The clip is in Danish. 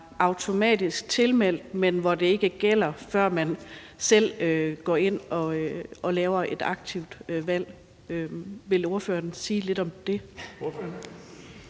automatisk tilmeldt, men hvor det ikke gælder, før man selv går ind og laver et aktivt valg. Vil ordføreren sige lidt om det?